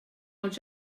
els